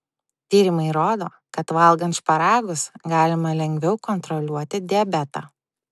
tyrimai rodo kad valgant šparagus galima lengviau kontroliuoti diabetą